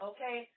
Okay